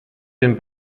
den